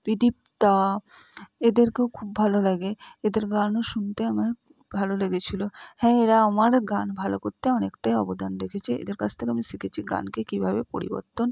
বিদিপ্তা এদেরকেও খুব ভালো লাগে এদের গানও শুনতে আমার ভালো লেগেছিলো হ্যাঁ এরা আমার গান ভালো করতে অনেকটাই অবদান রেখেছে এদের কাছ থেকে আমি শিখেছি গানকে কীভাবে পরিবর্তন